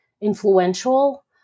influential